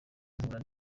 nkura